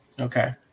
Okay